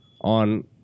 on